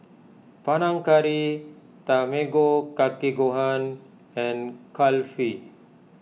Panang Curry Tamago Kake Gohan and Kulfi